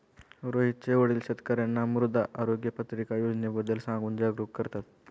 रोहितचे वडील शेतकर्यांना मृदा आरोग्य पत्रिका योजनेबद्दल सांगून जागरूक करतात